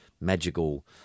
magical